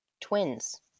twins